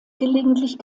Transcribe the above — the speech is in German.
gelegentlich